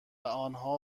آنها